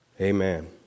amen